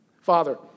Father